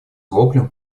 воплем